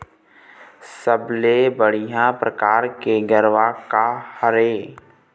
सबले बढ़िया परकार के गरवा का हर ये?